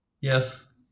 Yes